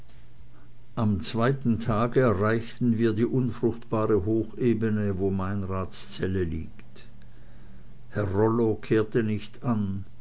am zweiten tage erreichten wir die unfruchtbare hochebene wo meinrads zelle liegt herr rollo kehrte nicht an